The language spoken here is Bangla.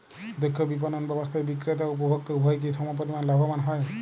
দক্ষ বিপণন ব্যবস্থায় বিক্রেতা ও উপভোক্ত উভয়ই কি সমপরিমাণ লাভবান হয়?